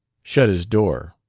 shut his door.